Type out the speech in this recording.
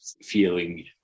feeling